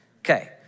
Okay